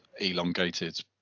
elongated